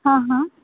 हां हां